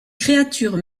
créatures